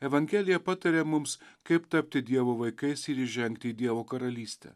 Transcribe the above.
evangelija pataria mums kaip tapti dievo vaikais ir įžengti į dievo karalystę